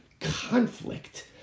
conflict